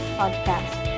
podcast